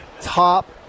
top